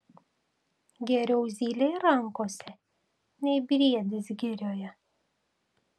geriau zylė rankose nei briedis girioje